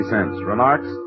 Remarks